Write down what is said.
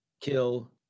kill